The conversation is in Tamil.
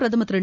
பிரதமர் திரு